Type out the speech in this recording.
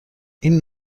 این